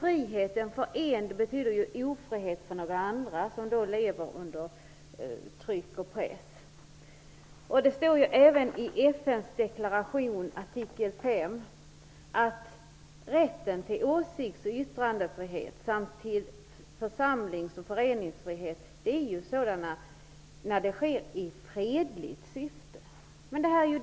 Friheten för en betyder ju ofrihet för andra, som lever under tyck och press. Det står även i FN:s deklaration artikel 5 att rätten till åsikts och yttrandefrihet samt till församlings och föreningsfrihet gäller sådant som sker i fredligt syfte.